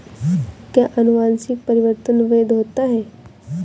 क्या अनुवंशिक परिवर्तन वैध होता है?